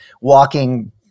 walking